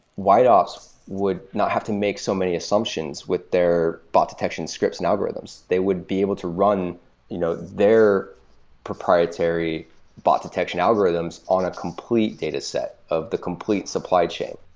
wideops would not have to make so many assumptions with their bot detection scripts and algorithms. they would be able to run you know their proprietary bot detection algorithms on a complete dataset of the complete supply chain,